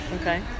Okay